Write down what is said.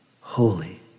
holy